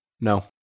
No